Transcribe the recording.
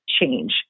change